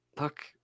look